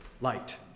light